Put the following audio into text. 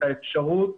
את האפשרות